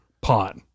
pot